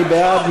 מי בעד?